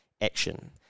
action